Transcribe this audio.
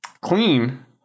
clean